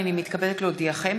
הנני מתכבדת להודיעכם,